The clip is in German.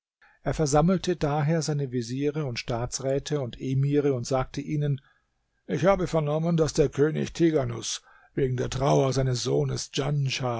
er versammelte daher seine veziere und staatsräte und emire und sagte ihnen ich habe vernommen daß der könig tighanus wegen der trauer seines sohnes